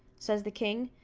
says the king,